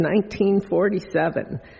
1947